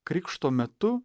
krikšto metu